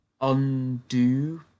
undo